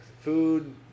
food